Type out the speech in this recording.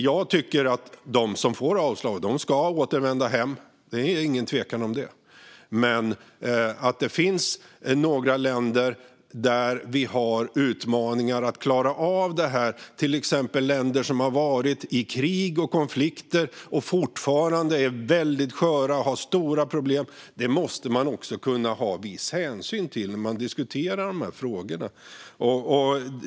Jag tycker att de som får avslag ska återvända hem. Det är ingen tvekan om det. Men det finns några länder där vi har utmaningar att klara av det här, till exempel länder som har varit i krig och konflikt och fortfarande är väldigt sköra och har stora problem. Det måste man också kunna ta viss hänsyn till när man diskuterar de här frågorna.